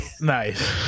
nice